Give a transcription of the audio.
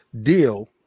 deal